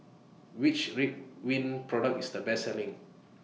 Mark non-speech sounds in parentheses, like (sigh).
Which Ridwind Product IS The Best Selling (noise)